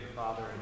Father